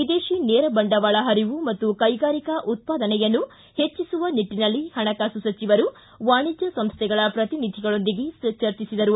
ವಿದೇಶಿ ನೇರ ಬಂಡವಾಳ ಹರಿವು ಮತ್ತು ಕೈಗಾರಿಕಾ ಉತ್ಪಾದನೆಯನ್ನು ಹೆಚ್ಚಿಸುವ ನಿಟ್ಟನಲ್ಲಿ ಹಣಕಾಸು ಸಚಿವರು ವಾಣಿಜ್ಯ ಸಂಸ್ಯೆಗಳ ಪ್ರತಿನಿಧಿಗಳೊಂದಿಗೆ ಚರ್ಚಿಸಿದರು